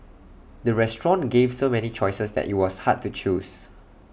the restaurant gave so many choices that IT was hard to choose